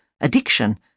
addiction